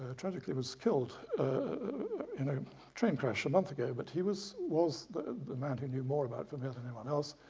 ah tragically was killed in a train crash a month ago, but he was was the the man who knew more about vermeer than anyone else.